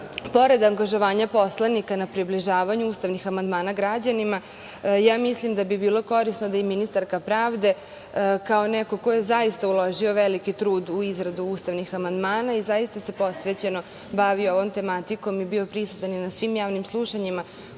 pored angažovanja poslanika na približavanju ustavnih amandmana građanima, ja mislim da bi bilo korisno da i ministarka pravde, kao neko ko je zaista uložio veliki trud u izradu ustavnih amandmana i zaista se posvećeno bavi ovom tematikom i bio prisutan i na svim javnim slušanjima